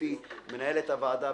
גברתי מנהלת הוועדה,